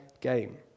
game